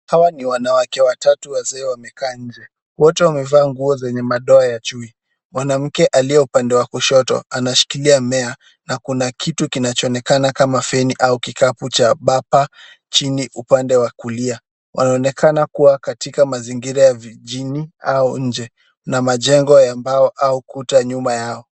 Hwa ni wanawake watatu wazee wamekaa nje. Wote wamevaa nguo zenye madoa ya chui. Mwanamke aliye upande wa kushoto anashikilia mmea na kuna kitu kinachoonekana kama feni au kikapu chambamba chini upande wa kuli. Wanaonekana kuwa katika mazingira ya vijini au nje na majengo ya mbao au kuta nyuma yao.